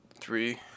Three